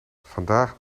vandaag